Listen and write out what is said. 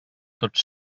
tots